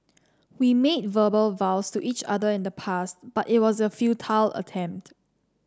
we made verbal vows to each other in the past but it was a futile attempt